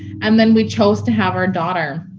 and then we chose to have our daughter.